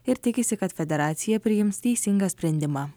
ir tikisi kad federacija priims teisingą sprendimą